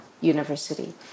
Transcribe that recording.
University